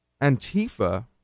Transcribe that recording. Antifa